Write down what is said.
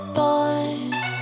boys